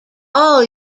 all